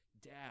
dad